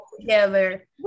together